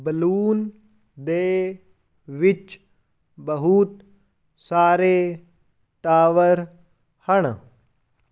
balloon ਦੇ ਵਿੱਚ ਬਹੁਤ ਸਾਰੇ ਟਾਵਰ ਹਨ